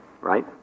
Right